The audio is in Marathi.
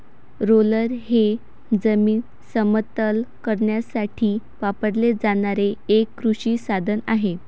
रोलर हे जमीन समतल करण्यासाठी वापरले जाणारे एक कृषी साधन आहे